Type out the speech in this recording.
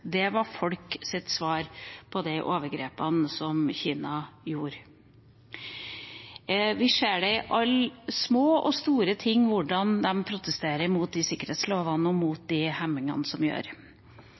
Det var folks svar på overgrepene fra Kina. Vi ser det i alle små og store ting hvordan de protesterer mot sikkerhetslovene og